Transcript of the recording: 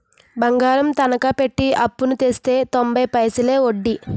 బంగారం తనకా పెట్టి అప్పుడు తెస్తే తొంబై పైసలే ఒడ్డీ